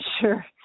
sure